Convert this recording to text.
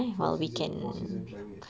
four season four season climate